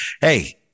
hey